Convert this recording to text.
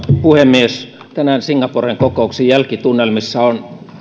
puhemies tänään singaporen kokouksen jälkitunnelmissa on